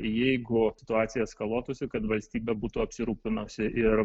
jeigu situacija eskaluotųsi kad valstybė būtų apsirūpinusi ir